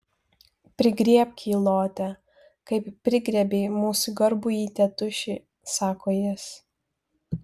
prigriebk jį lote kaip prigriebei mūsų garbųjį tėtušį sako jis